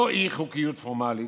לא אי-חוקיות פורמלית,